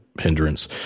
hindrance